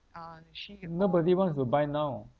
nobody wants to buy now